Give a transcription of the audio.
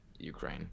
Ukraine